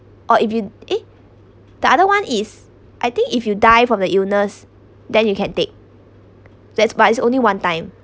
or if you eh the other one is I think if you die from the illness then you can take that but it's only one time